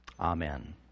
Amen